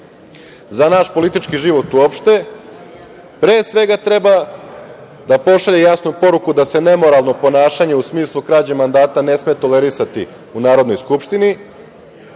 za naš politički život uopšte, pre svega treba da pošalje jasnu poruku da se nemoralno ponašanje, u smislu krađe mandata ne sme tolerisati u Narodnoj skupštini,